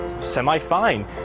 semi-fine